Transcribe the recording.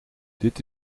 dit